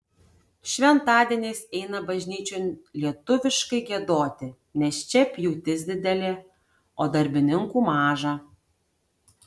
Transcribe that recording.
šventadieniais eina bažnyčion lietuviškai giedoti nes čia pjūtis didelė o darbininkų maža